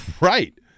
Right